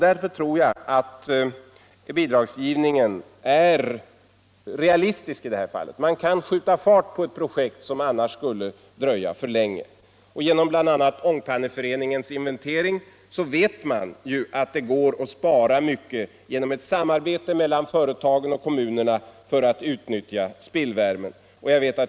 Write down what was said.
Därför tror jag att bidragsgivningen är realistisk i det här fallet. Man kan skjuta fart på ett projekt som annars skulle dröja för länge. Genom bl.a. Ångpanneföreningens inventering vet man att det går att spara mycket genom ett samarbete mellan företagen och kommunerna för att utnyttja spillvärmen.